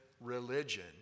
religion